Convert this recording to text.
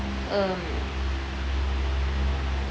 um